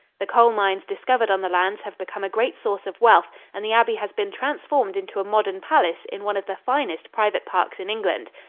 the coal mines discovered on the lands have become a great source of wealth and the abbey has been transformed into a modern palace in one of the finest private parks in england.